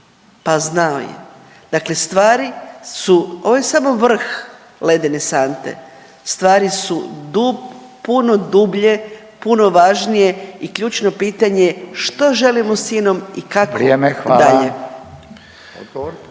Pa znao je. Dakle, stvari su, ovo je samo vrh ledene sante. Stvari su puno dublje, puno važnije i ključno pitanje što želimo s INOM i …/Upadica: Vrijeme, hvala./… kako